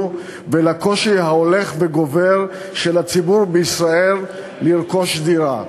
ולקושי ההולך וגובר של הציבור בישראל לרכוש דירה.